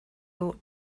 ought